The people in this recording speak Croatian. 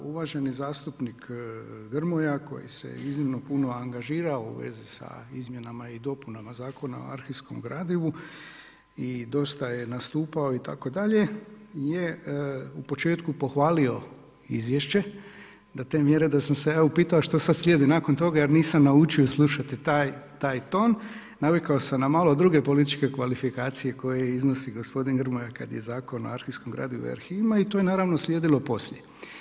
Uvaženi zastupnik Grmoja koji se iznimno puno angažirao u vezi sa izmjenama i dopunama Zakona o arhivskom gradivu i dosta je nastupao itd. je u početku pohvalio izvješće do te mjere da sam se ja upitao što sada slijedi nakon toga jer nisam naučio slušati taj ton, navikao sam na malo druge političke kvalifikacije koje iznosi gospodin Grmoja kada je Zakon o arhivskom gradivu i arhivima i to je naravno slijedilo poslije.